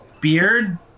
beard